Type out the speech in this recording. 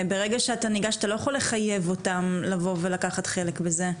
ברגע שאתה ניגש אתה לא יכול לחייב אותם לבוא ולקחת חלק בזה,